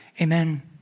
Amen